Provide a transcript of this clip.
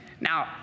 Now